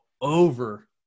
over